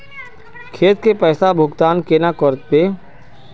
खेत के पैसा भुगतान केना करबे?